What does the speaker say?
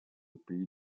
pays